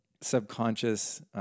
subconscious-